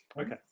okay